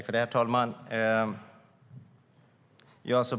Herr talman!